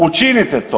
Učinite to.